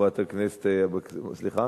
חברת הכנסת אבקסיס, סליחה?